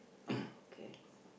okay